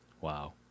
Wow